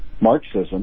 marxism